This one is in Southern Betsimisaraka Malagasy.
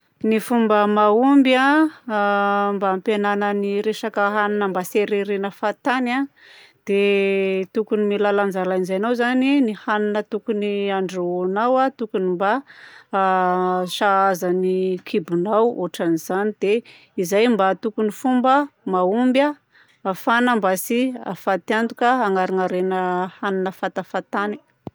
Ny fomba mahomby a a mba hampihenana ny resaka hanina mba tsy ariariagna fahatany a dia tokony mila lanjalanjainao izany ny hanina tokony andrahoanao a tokony mba a sahaza ny kibonao ohatran'izany. Dia izay mba tokony fomba mahomby a ahafahana mba tsy ahafaty antoka hagnarinariagna hanina fahatafahatany.